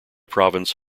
province